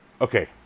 Okay